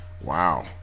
Wow